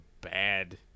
bad